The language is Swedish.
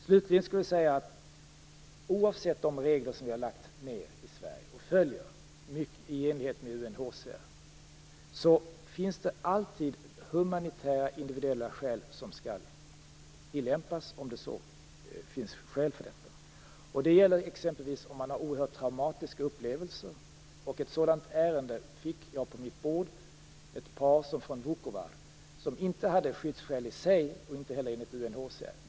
Slutligen vill jag säga att oavsett det arbete vi har lagt ned i Sverige på regler, som vi nu följer i enlighet med UNHCR, så finns det alltid humanitära individuella skäl som skall tillämpas om det finns anledning till det. Det gäller exempelvis om någon har oerhört traumatiska upplevelser. Ett sådant ärende har jag fått på mitt bord. Det gäller ett par från Vukovar som inte hade skyddsskäl i sig, inte heller enligt UNHCR.